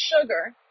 sugar